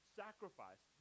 sacrifice